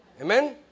Amen